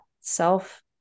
self